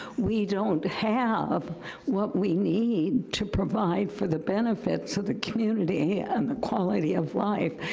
we don't have what we need to provide for the benefits of the community and the quality of life.